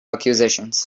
accusations